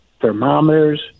thermometers